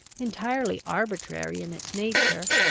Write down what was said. entirely arbitrary in its nature,